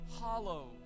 hollow